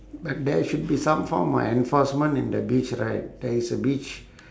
but there should be some form of enforcement in the beach right there is a beach